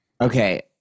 Okay